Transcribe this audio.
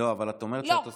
לא, לא.